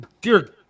dear